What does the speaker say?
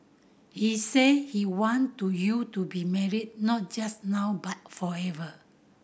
he said he want to you to be married not just now but forever